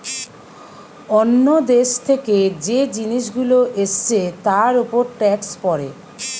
অন্য দেশ থেকে যে জিনিস গুলো এসছে তার উপর ট্যাক্স পড়ে